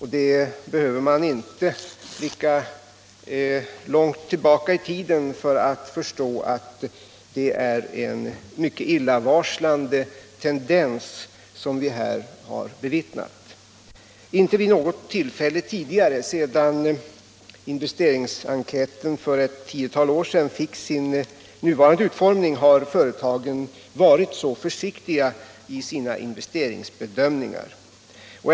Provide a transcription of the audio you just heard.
Man behöver inte blicka långt tillbaka i tiden för att förstå att det är en mycket illavarslande tendens som vi här har bevittnat. Inte vid något tillfälle tidigare sedan investeringsenkäten för ett tiotal år sedan fick sin nuvarande utformning har företagen varit så försiktiga i sina investeringsbedömningar.